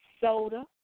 soda